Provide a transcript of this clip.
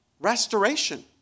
restoration